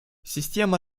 система